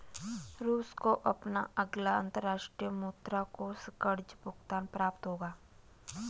रूस को अपना अगला अंतर्राष्ट्रीय मुद्रा कोष कर्ज़ भुगतान प्राप्त होगा